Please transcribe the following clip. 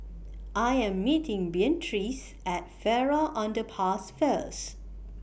I Am meeting Beatrice At Farrer Underpass First